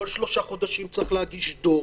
בכל שלושה חודשים צריך להגיש דוח.